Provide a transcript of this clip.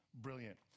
Brilliant